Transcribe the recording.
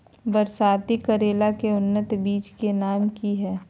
बरसाती करेला के उन्नत बिज के नाम की हैय?